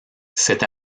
cette